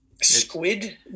Squid